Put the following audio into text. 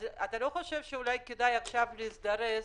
אתה לא חושב שכדאי עכשיו אולי להזדרז